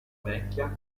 vecchia